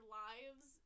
lives